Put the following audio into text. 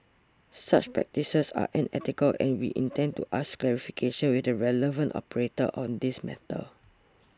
such practices are unethical and we intend to seek clarification with the relevant operator on this matter